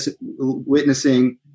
witnessing